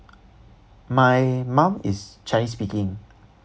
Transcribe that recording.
my mum is chinese speaking